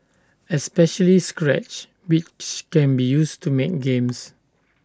especially scratch which can be used to make games